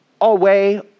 away